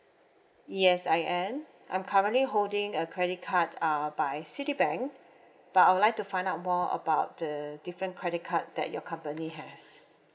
yes I am I'm currently holding a credit card uh by citibank but I would like to find out more about the different credit card that your company has